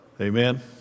amen